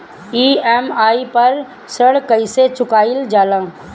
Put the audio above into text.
EMI पर ऋण कईसे चुकाईल जाला?